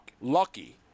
lucky